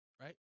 right